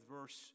verse